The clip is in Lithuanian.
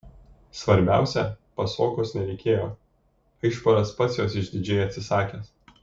svarbiausia pasogos nereikėjo aišparas pats jos išdidžiai atsisakęs